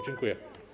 Dziękuję.